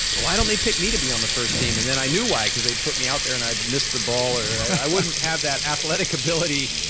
but why don't they pick me to be on the first team and then i knew why because they put me out there and i'd missed the ball or i wouldn't have that athletic ability.